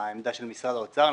ובעמדה של משרד האוצר.